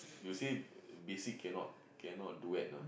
you say basic cannot cannot duet ah